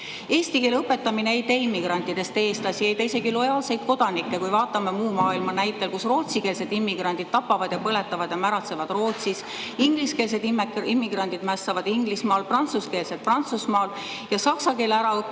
Eesti keele õpetamine ei tee immigrantidest eestlasi, ei tee isegi lojaalseid kodanikke. Kui vaatame muu maailma näiteid, siis rootsikeelsed immigrandid tapavad ja põletavad ja märatsevad Rootsis, ingliskeelsed immigrandid mässavad Inglismaal, prantsuskeelsed Prantsusmaal ja saksa keele ära õppinud